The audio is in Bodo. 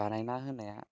बानायना होनाया